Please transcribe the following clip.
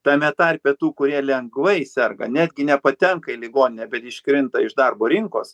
tame tarpe tų kurie lengvai serga netgi nepatenka į ligoninę bet iškrinta iš darbo rinkos